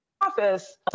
office